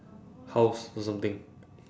house or something